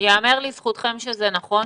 ייאמר לזכותכם שזה נכון.